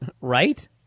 Right